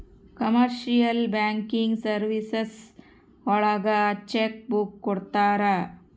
commercial banking services ಒಳಗ cheque book ಕೊಡ್ತಾರ